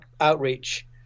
outreach